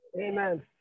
Amen